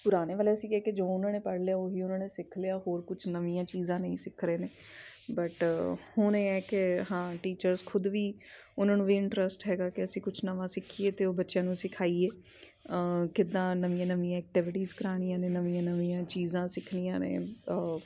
ਪੁਰਾਣੇ ਵਾਲੇ ਸੀਗੇ ਕਿ ਜੋ ਉਹਨਾਂ ਨੇ ਪੜ੍ਹ ਲਿਆ ਉਹ ਹੀ ਉਹਨਾਂ ਨੇ ਸਿੱਖ ਲਿਆ ਹੋਰ ਕੁਛ ਨਵੀਆਂ ਚੀਜ਼ਾਂ ਨਹੀਂ ਸਿੱਖ ਰਹੇ ਨੇ ਬਟ ਹੁਣ ਇਹ ਹੈ ਕਿ ਹਾਂ ਟੀਚਰਸ ਖੁਦ ਵੀ ਉਹਨਾਂ ਨੂੰ ਵੀ ਇੰਟਰਸਟ ਹੈਗਾ ਕਿ ਅਸੀਂ ਕੁਛ ਨਵਾਂ ਸਿੱਖੀਏ ਅਤੇ ਉਹ ਬੱਚਿਆਂ ਨੂੰ ਸਿਖਾਈਏ ਕਿੱਦਾਂ ਨਵੀਆਂ ਨਵੀਆਂ ਐਕਟੀਵਿਟੀਜ਼ ਕਰਾਉਣੀਆਂ ਨੇ ਨਵੀਆਂ ਨਵੀਆਂ ਚੀਜ਼ਾਂ ਸਿੱਖਣੀਆਂ ਨੇ